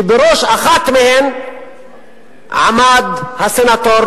שבראש אחת מהן עמד הסנטור